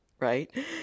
right